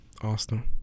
Arsenal